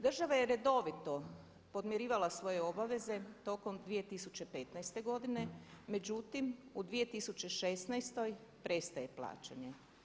Država je redovito podmirivala svoje obaveze tokom 2015. godine, međutim u 2016. prestaje plaćanje.